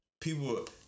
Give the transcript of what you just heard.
People